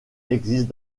existent